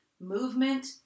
movement